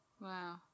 Wow